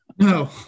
No